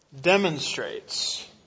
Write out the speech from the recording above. demonstrates